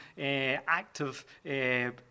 active